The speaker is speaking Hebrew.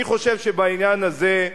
אני חושב שבעניין הזה,